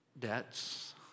debts